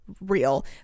real